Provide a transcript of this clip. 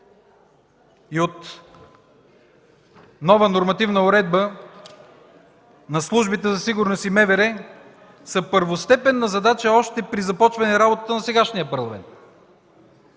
и от нова нормативна уредба на службите за сигурност и МВР са първостепенна задача още при започване на работата на сегашния Парламент.